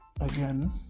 again